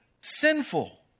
sinful